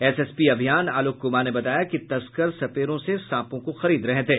SSP अभियान आलोक कुमार ने बताया कि तस्कर सपेरों से सांपों को खरीद रहे थे